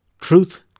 Truth